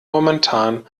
momentan